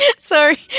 Sorry